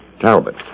Talbot